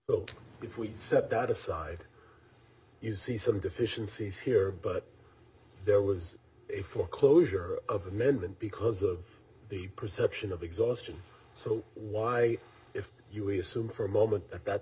time if we set that aside you see some deficiencies here but there was a full closure of amendment because of the perception of exhaustion so why if you assume for a moment a